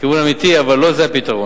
כיוון אמיתי, אבל לא זה הפתרון.